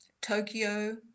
Tokyo